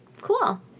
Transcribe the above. Cool